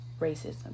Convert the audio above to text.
racism